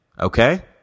Okay